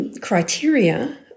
criteria